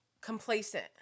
complacent